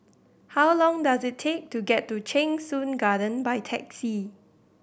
how long does it take to get to Cheng Soon Garden by taxi